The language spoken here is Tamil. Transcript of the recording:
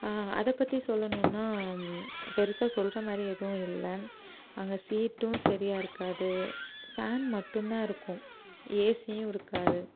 அதை பற்றி சொல்லணுன்னால் பெரிசா சொல்கிற மாதிரி எதுவும் இல்லை அங்கே சீட்டும் சரியாக இருக்காது ஃபேன் மட்டும் தான் இருக்கும் ஏசியும் இருக்காது